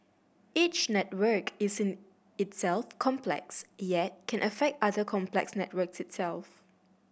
each network is in itself complex yet can affect other complex networks itself